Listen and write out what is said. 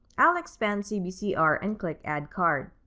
i'll expand cbcr and click add card.